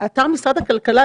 אתר משרד הכלכלה,